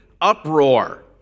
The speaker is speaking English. uproar